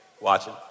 watching